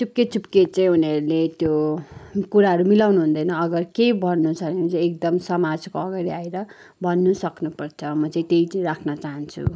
चुपके चुपके चाहिँ उनीहरूले त्यो कुराहरू मिलाउनु हुँदैन अगर केही भन्नु छ भने चाहिँ एकदम समाजको अगाडि आएर भन्न सक्नुपर्छ म चाहिँ त्यही चाहिँ राख्न चाहन्छु